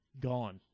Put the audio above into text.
Gone